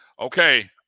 Okay